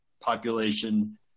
population